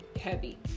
heavy